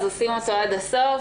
אז עושים אותו עד הסוף.